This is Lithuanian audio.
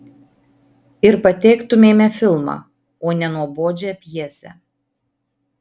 ir pateiktumėme filmą o ne nuobodžią pjesę